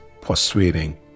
persuading